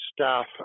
staff